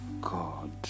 God